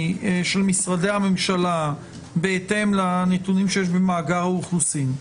של משרדי הממשלה בהתאם לנתונים שיש במאגר האוכלוסין.